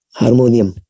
harmonium